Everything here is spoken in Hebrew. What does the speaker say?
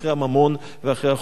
אחרי הממון ואחרי החומריות.